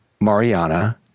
Mariana